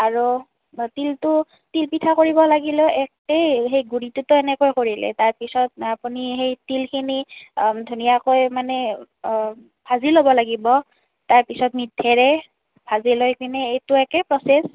আৰু তিলটো তিল পিঠা কৰিব লাগিলে একেই সেই গুৰিটো তেনেকুৱা কৰিলে তাৰ পিছত আপুনি সেই তিলখিনি ধুনীয়াকৈ মানে ভাজি ল'ব লাগিব তাৰ পিছত মিঠৈৰে ভাজি লৈ কিনে এইটো একে প্ৰচেছ